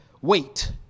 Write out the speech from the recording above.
wait